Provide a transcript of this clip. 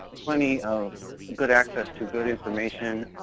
plenty of good access to good information